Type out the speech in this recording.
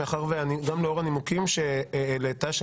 גם לאור הנימוקים שהעלית,